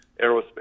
aerospace